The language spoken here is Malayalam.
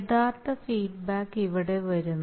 യഥാർത്ഥ ഫീഡ്ബാക്ക് ഇവിടെ വരുന്നു